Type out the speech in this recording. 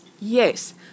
Yes